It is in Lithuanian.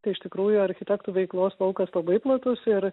tai iš tikrųjų architektų veiklos laukas labai platus ir